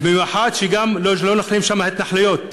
במיוחד כשלא נכללות שם התנחלויות.